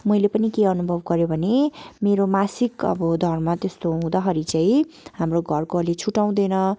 मैले पनि के अनुभव गरेँ भने मेरो मासिक अब धर्म त्यस्तो हुँदखेरि चाहिँ हाम्रो घरकोहरूले चाहिँ छुट्याउँदैन